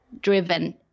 driven